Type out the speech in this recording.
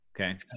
Okay